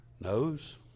knows